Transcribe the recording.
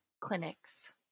clinics